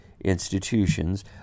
institutions